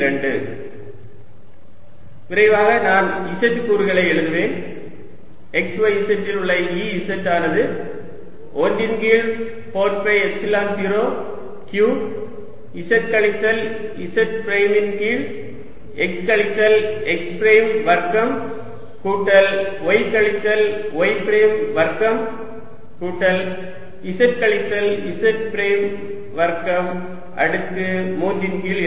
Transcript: Exxyz14π0qx xx x2y y2z z232 Eyxyz14π0qy yx x2y y2z z232 விரைவாக நான் z கூறுகளை எழுதுவேன் x y z இல் உள்ள Ez ஆனது 1 ன் கீழ் 4 பை எப்சிலான் 0 q z கழித்தல் z பிரைம் கீழ் x கழித்தல் x பிரைம் வர்க்கம் கூட்டல் y கழித்தல் y பிரைம் வர்க்கம் கூட்டல் z கழித்தல் z பிரைம் வர்க்கம் அடுக்கு 3 ன் கீழ் 2